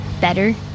better